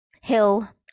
Hill